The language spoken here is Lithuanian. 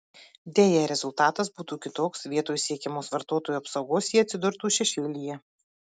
deja rezultatas būtų kitoks vietoj siekiamos vartotojų apsaugos jie atsidurtų šešėlyje